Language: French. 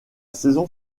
saison